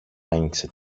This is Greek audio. άνοιξε